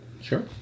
sure